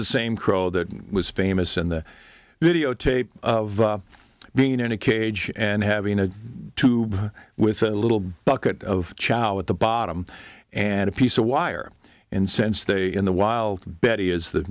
the same crow that was famous in the videotape of being in a cage and having a tube with a little bucket of chow at the bottom and a piece of wire incense they in the wild betty is the